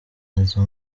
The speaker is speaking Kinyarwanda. izo